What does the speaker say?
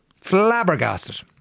flabbergasted